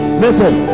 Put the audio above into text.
listen